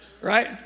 right